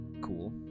cool